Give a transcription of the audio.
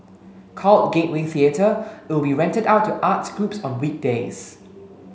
called Gateway Theatre it will be rented out to arts groups on weekdays